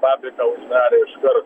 fabriką uždarė iškar